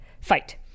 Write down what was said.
fight